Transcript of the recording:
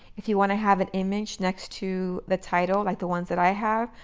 if you want to have an image next to the title, like the ones that i have,